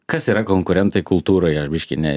kas yra konkurentai kultūroje ar biški ne